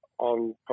on